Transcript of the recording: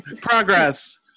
Progress